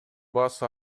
баасы